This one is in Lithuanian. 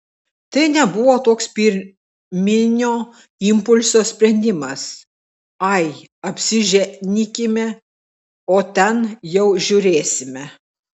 tai nebuvo toks pirminio impulso sprendimas ai apsiženykime o ten jau žiūrėsime